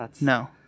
No